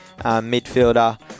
midfielder